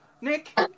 Nick